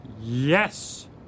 Yes